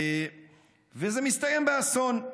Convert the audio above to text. וזה מסתיים באסון.